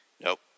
Nope